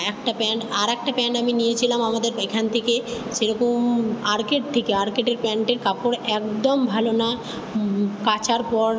একটা প্যান্ট আর একটা প্যান্ট আমি নিয়েছিলাম আমাদের এখান থেকে সেরকম আর্কেড থেকে আর্কেডের প্যান্টের কাপড় একদম ভালো না কাচার পর